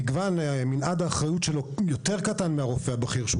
שמנעד האחריות שלו יותר קטן מהרופא הבכיר שהוא